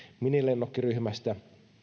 minilennokkiryhmästä